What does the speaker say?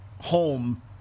home